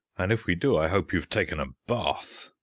and if we do, i hope you've taken a bath.